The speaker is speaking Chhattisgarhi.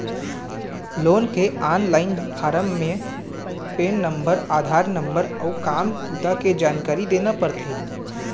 लोन के ऑनलाईन फारम म पेन नंबर, आधार नंबर अउ काम बूता के जानकारी देना परथे